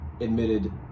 admitted